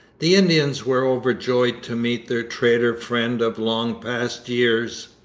the indians were overjoyed to meet their trader friend of long past years.